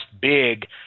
big